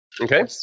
Okay